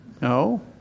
No